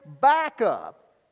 backup